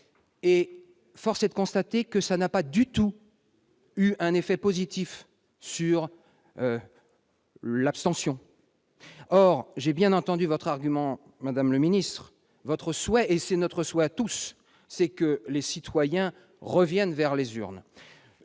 et force est de constater que cela n'a pas eu un effet positif sur l'abstention. Or j'ai bien entendu votre argument, madame la ministre : vous souhaitez, et c'est notre souhait à tous, que les citoyens reviennent vers les urnes.